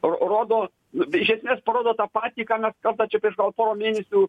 ro rodo nu tai iš esmės parodo tą patį ką mes kartą čia gal prieš porą mėnesių